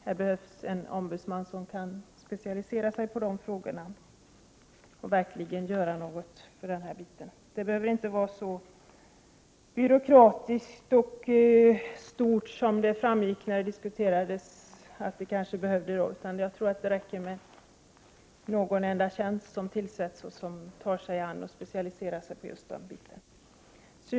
Här behövs en ombudsman, som kan specialisera sig på de frågorna och verkligen göra något på detta område. Det behöver inte vara så byråkratiskt och stort som det verkade när frågan senast diskuterades, utan jag tror att det räcker att tillsätta någon enda tjänst med en person, som tar sig an och specialiserar sig på just de här frågorna.